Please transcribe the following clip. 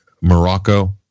Morocco